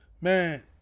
Man